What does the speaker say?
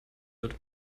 wird